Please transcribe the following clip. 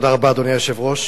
אדוני היושב-ראש,